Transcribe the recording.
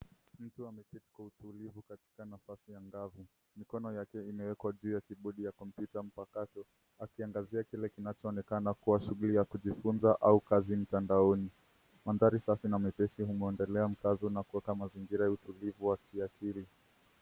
Mtu ameketi kwa utulivu katika nafasi angavu. Mikono yake imewekwa juu ya kibodi ya komputa mpakato. Akiangazia kile kinacho onekana kuwa shughuli ya kujifunza au kazi mtandaoni. Mandhari safi na mepesi humuondolea mkazo na kueka mazingira ya utulivu wa kiakili.